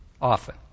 often